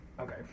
Okay